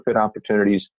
opportunities